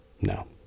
No